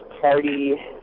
party